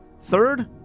Third